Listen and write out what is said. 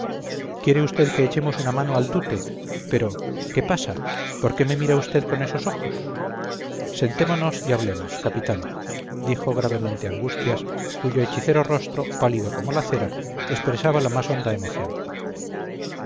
quiere usted que echemos una mano al tute pero qué pasa por qué me mira usted con esos ojos sentémonos y hablemos capitán dijo gravemente angustias cuyo hechicero rostro pálido como la cera expresaba la más honda emoción